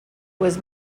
was